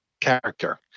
character